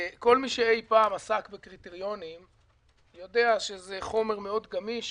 כל מי אי פעם עסק בקריטריונים יודע שזה חומר מאוד גמיש